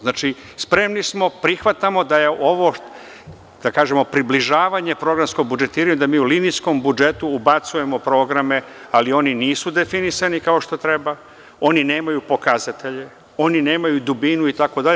Znači, spremni smo, prihvatamo da je ovo, da kažemo, približavanje programskog budžetiranja, da mi u linijskom budžetu ubacujemo programe, ali oni nisu definisani kao što treba, oni nemaju pokazatelje, oni nemaju dubinu, itd.